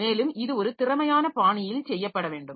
மேலும் இது ஒரு திறமையான பாணியில் செய்யப்பட வேண்டும்